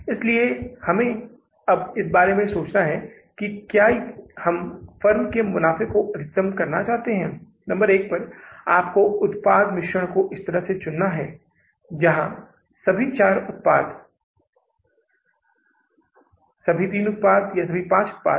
तो इस मामले में हमने विवरण लिखा है तो इसका मतलब है कि अब यह नकदी बजट है और फिर से हम लगभग वही काम कर रहे हैं जो है विवरण यह फिर से जून है फिर यह है जुलाई और फिर यह अगस्त सही है ये तीन महीने फिर से हैं